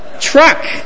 truck